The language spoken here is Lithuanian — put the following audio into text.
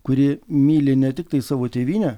kuri myli ne tiktai savo tėvynę